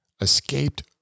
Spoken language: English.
escaped